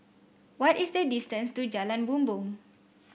what is the distance to Jalan Bumbong